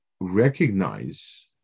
recognize